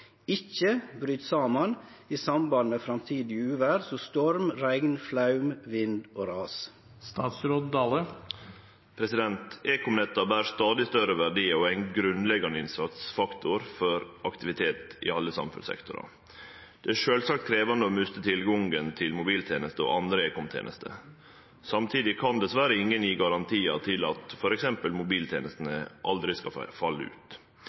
ikkje bryt saman i samband med framtidig uvêr som storm, regn, flaum, vind og ras?» Ekomnetta ber stadig større verdiar og er ein grunnleggjande innsatsfaktor for aktivitet i alle samfunnssektorar. Det er sjølvsagt krevjande å miste tilgangen til mobiltenester og andre ekomtenester. Samtidig kan dessverre ingen gje garantiar om at f.eks. mobiltenestene aldri skal